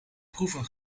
proeven